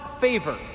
favor